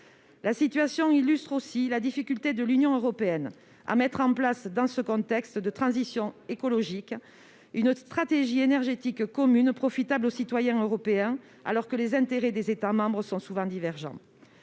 La situation illustre aussi la difficulté de l'Union européenne à mettre en place, dans le contexte de la transition écologique, une stratégie énergétique commune profitable aux citoyens européens, alors que les intérêts des États membres sont souvent divergents.